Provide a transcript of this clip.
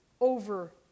over